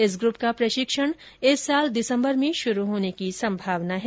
इस ग्रूप का प्रशिक्षण इस वर्ष दिसंबर में शुरू होने की संभावना है